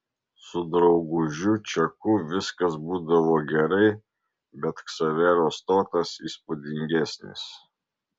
su draugužiu čeku viskas būdavo gerai bet ksavero stotas įspūdingesnis